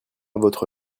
votre